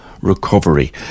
recovery